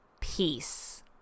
peace